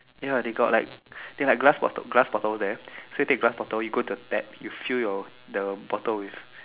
ya they got like they like glass bottle glass bottle there so you take glass bottle you go to the tap you fill your the bottle with